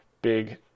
big